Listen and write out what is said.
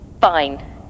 fine